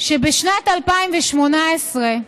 שבשנת 2018,